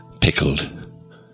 pickled